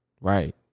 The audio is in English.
Right